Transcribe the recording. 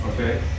Okay